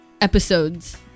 Episodes